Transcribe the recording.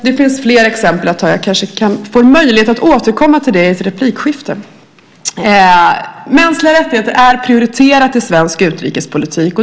Det finns fler exempel. Kanske får jag möjlighet att återkomma om det i ett replikskifte. Mänskliga rättigheter är prioriterat i svensk utrikespolitik.